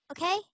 okay